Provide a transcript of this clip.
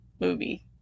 movie